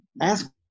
ask